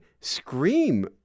scream